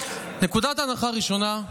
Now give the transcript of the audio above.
הנחה ראשונה,